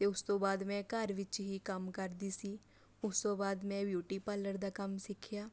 ਅਤੇ ਉਸ ਤੋਂ ਬਾਅਦ ਮੈਂ ਘਰ ਵਿੱਚ ਹੀ ਕੰਮ ਕਰਦੀ ਸੀ ਉਸ ਤੋਂ ਬਾਅਦ ਮੈਂ ਬਿਊਟੀ ਪਾਰਲਰ ਦਾ ਕੰਮ ਸਿੱਖਿਆ